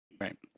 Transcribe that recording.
Right